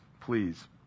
please